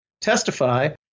testify